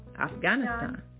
Afghanistan